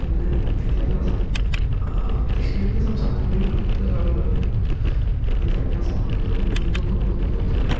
ഇന്ന് വിദ്യാഭ്യാസം ദക്ഷിണേന്ത്യൻ സംസ്ഥാനങ്ങളിൽ കൂടുതൽ ആളുകളും വിദ്യാഭ്യാസം നമക്ക് ഒരു മുൻതൂക്കം കൊടുക്കുമ്പോൾ തന്നെ